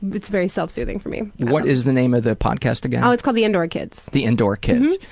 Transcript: it's very self-soothing for me. what is the name of the podcast again? oh, it's called the indoor kids. the indoor kids.